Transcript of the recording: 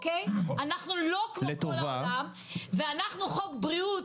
אנחנו לא כמו כל העולם ולנו יש חוק בריאות,